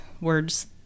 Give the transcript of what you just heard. words